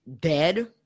dead